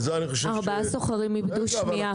ארבעה סוחרים איבדו שמיעה.